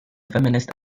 feminist